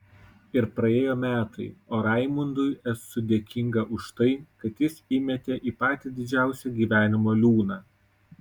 ir praėjo metai o raimundui esu dėkinga už tai kad jis įmetė į patį didžiausią gyvenimo liūną